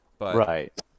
Right